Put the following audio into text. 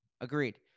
Agreed